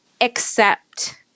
accept